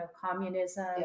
communism